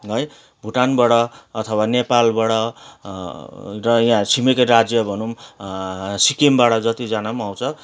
है भुटानबाट अथवा नेपालबाट र यहाँ छिमेकी राज्य भनौँ सिक्किमबाट जतिजना पनि आउँछ